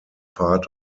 part